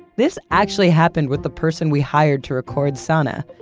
this actually happened with the person we hired to record sana.